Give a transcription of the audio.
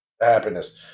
happiness